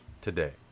today